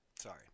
Sorry